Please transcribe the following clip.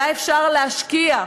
היה אפשר להשקיע,